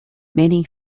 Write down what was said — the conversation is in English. many